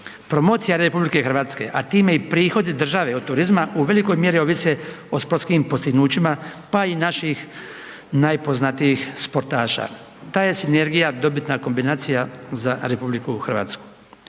Promocija RH a time i prihodi države od turizma, u velikoj mjeri ovise o sportskim postignućima pa i naših najpoznatijih sportaša. Ta je sinergija dobitna kombinacija za RH. Ministarstvo